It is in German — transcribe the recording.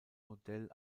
modell